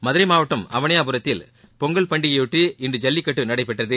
மதுரை மாவட்டம் அவளியாபுரத்தில் பொங்கல் பண்டிகையையொட்டி இன்று ஜல்லிக்கட்டு நடைபெற்றது